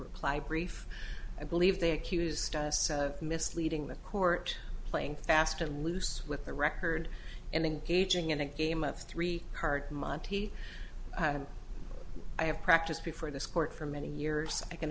reply brief i believe they accused us of misleading the court playing fast and loose with the record and engaging in a game of three card monte and i have practiced before this court for many years i can